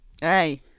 Hey